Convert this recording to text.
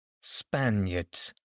Spaniards